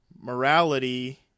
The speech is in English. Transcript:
morality